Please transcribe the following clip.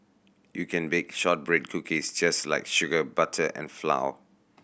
you can bake shortbread cookies just like sugar butter and flour